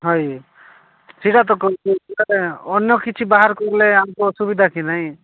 ହଁ ସେଟା ତ ଅନ୍ୟ କିଛି ବାହାର କଲେ ଆମକୁ ଅସୁବିଧା କି ନାହିଁ